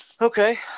okay